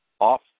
off